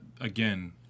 again